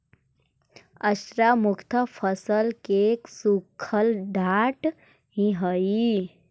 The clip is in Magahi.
स्ट्रा मुख्यतः फसल के सूखल डांठ ही हई